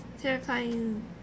Terrifying